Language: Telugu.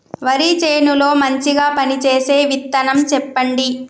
వరి చేను లో మంచిగా పనిచేసే విత్తనం చెప్పండి?